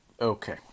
Okay